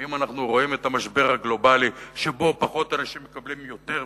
ואם אנחנו רואים את המשבר הגלובלי שבו פחות אנשים מקבלים יותר,